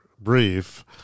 brief